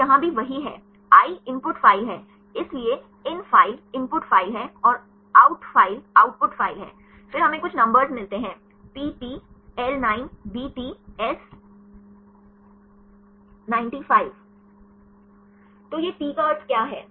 तो यहाँ भी वही है i इनपुट फ़ाइल है इसलिए इन्फाइल इनपुट फाइल है और आउटफाइल आउटपुट फाइल है फिर हमें कुछ नंबर मिलते हैं p T - L9 b T S 95 तो यह T का अर्थ क्या है